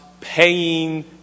paying